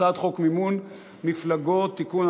הצעת חוק מימון מפלגות (תיקון,